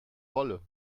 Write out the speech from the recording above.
wolle